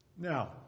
Now